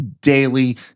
daily